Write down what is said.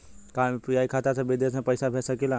का हम यू.पी.आई खाता से विदेश में पइसा भेज सकिला?